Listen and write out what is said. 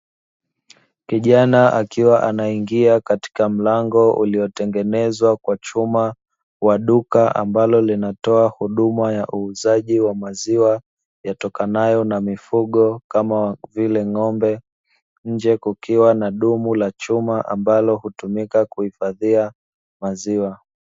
Kijana akiwa anaingia katika mlango uliotengenezwa kwa chuma, wa duka ambalo linatoa huduma ya uuzaji wa maziwa, yatokanayo na mifugo kama vile ng'ombe, nje kukiwa na dumu la chuma ambalo hutumika kuhifadhia maziwa.